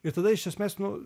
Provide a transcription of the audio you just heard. ir tada iš esmės nu